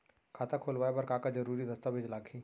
खाता खोलवाय बर का का जरूरी दस्तावेज लागही?